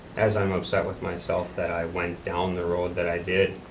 as i am upset with myself that i went down the road that i did,